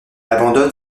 abandonne